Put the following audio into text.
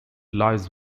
lies